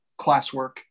classwork